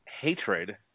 hatred